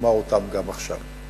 אומר אותם גם עכשיו.